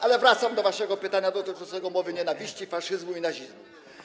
Ale wracam do waszego pytania dotyczącego mowy nienawiści, faszyzmu i nazizmu.